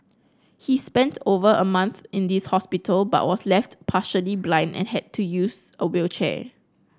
he spent over a month in this hospital but was left partially blind and had to use a wheelchair